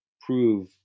prove